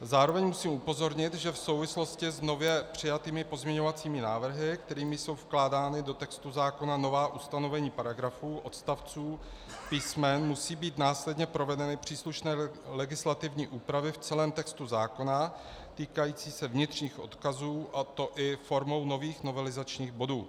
Zároveň musím upozornit, že v souvislosti s nově přijatými pozměňovacími návrhy, kterými jsou vkládána do textu zákona nová ustanovení paragrafů, odstavců, písmen, musí být následně provedeny příslušné legislativní úpravy v celém textu zákona týkající se vnitřních odkazů, a to i formou novelizačních bodů.